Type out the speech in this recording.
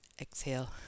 exhale